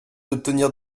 d’obtenir